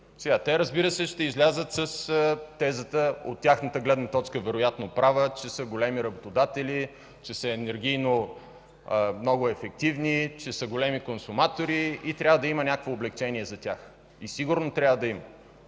Те, разбира се, ще излязат с тезата от тяхната гледна точка, вероятно права, че са големи работодатели, че са енергийно много ефективни, че са големи консуматори и трябва да има някакво облекчение за тях. И сигурно трябва да има!